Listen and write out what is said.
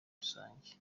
rusange